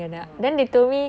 oh